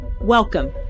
Welcome